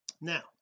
now